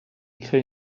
crée